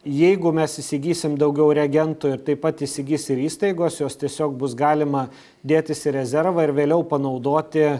jeigu mes įsigysim daugiau reagentų ir taip pat įsigis ir įstaigos juos tiesiog bus galima dėtis į rezervą ir vėliau panaudoti